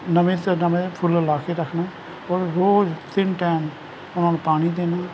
ਨਵੇਂ ਸੇ ਨਵੇਂ ਫੁੱਲ ਲਗਾ ਕੇ ਰੱਖਨਾ ਔਰ ਰੋਜ਼ ਤਿੰਨ ਟੈਮ ਉਹਨਾਂ ਨੂੰ ਪਾਣੀ ਦੇਣਾ